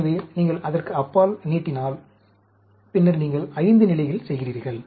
எனவே நீங்கள் அதற்கப்பால் நீட்டினால் பின்னர் நீங்கள் 5 நிலையில் செய்கிறீர்கள்